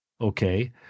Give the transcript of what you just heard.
Okay